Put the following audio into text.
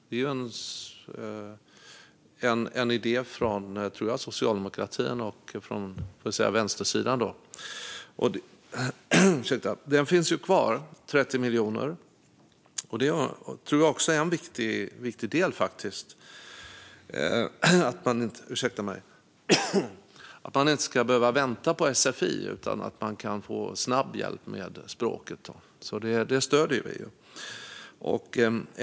Det var en idé från - tror jag - socialdemokratin och vänstersidan. Den finns ju kvar med 30 miljoner, och jag tror att det är en viktig del att man inte ska behöva vänta på sfi utan kan få snabb hjälp med språket. Detta stöder vi.